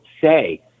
say